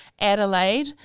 Adelaide